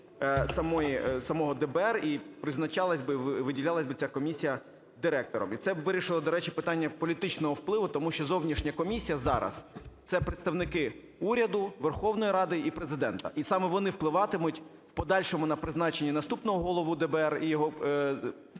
би, виділялась би ця комісія директором. І це б вирішило, до речі, питання політичного впливу, тому що зовнішня комісія зараз – це представники уряду, Верховної Ради і Президента, і саме вони впливатимуть в подальшому на призначення наступного голови ДБР і його